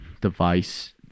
device